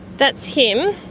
that's him,